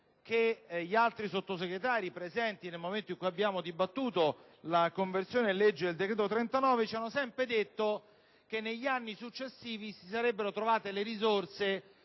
che i Sottosegretari presenti nel momento in cui abbiamo dibattuto la conversione in legge del decreto-legge n. 39 del 2009hanno sempre detto che negli anni successivi si sarebbero trovate le risorse